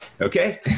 Okay